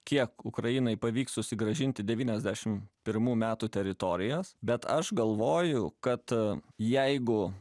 kiek ukrainai pavyks susigrąžinti devyniasdešimt pirmų metų teritorijas bet aš galvoju kad jeigu